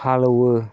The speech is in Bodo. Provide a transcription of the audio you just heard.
हाल एवो